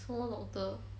什么 doctor